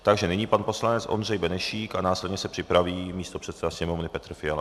Takže nyní pan poslanec Ondřej Benešík a následně se připraví místopředseda Sněmovny Petr Fiala.